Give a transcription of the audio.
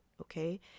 okay